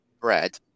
bread